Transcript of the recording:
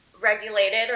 regulated